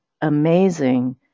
amazing